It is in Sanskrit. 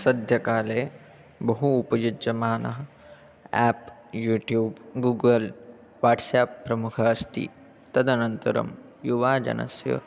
सद्यःकाले बहु उपयुज्यमानः एप् यूट्यूब् गूगल् वाट्साप् प्रमुखम् अस्ति तदनन्तरं युवजनस्य